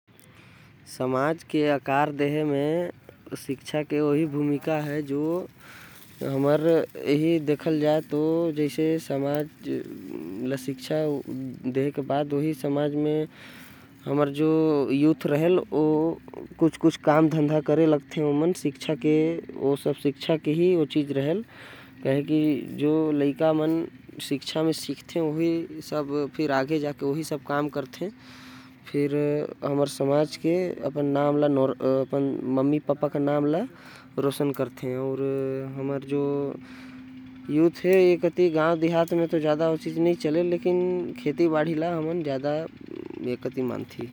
समाज के आकार देहे म शिक्षा के भूमिका हवे। काबर की शिक्षा लेहे के बाद ही कोई भी काम करथे। अउ समाज म योगदान देथे। अपन मा बाप के नाम रोसन करथे।